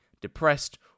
depressed